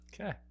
Okay